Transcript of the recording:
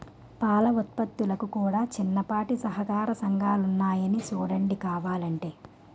పాల ఉత్పత్తులకు కూడా చిన్నపాటి సహకార సంఘాలున్నాయి సూడండి కావలంటే